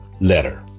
letter